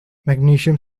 magnesium